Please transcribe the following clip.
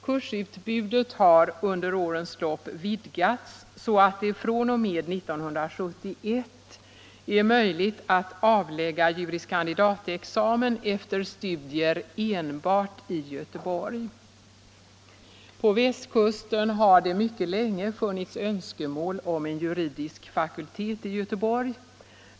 Kursutbudet har under årens lopp vidgats så att det fr.o.m. 1971 är möjligt att avlägga juris kandidatexamen efter studier enbart i Göteborg. På västkusten har det mycket länge funnits önskemål om en juridisk fakultet i Göteborg.